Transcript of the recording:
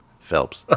Phelps